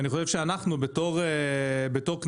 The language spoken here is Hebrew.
ואני חושב שאנחנו בתור כנסת,